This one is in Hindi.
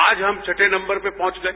आज हम छठें नम्बर पर पहुंच गए